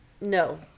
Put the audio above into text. No